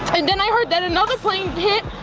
and then i heard that another plane hit.